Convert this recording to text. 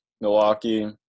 Milwaukee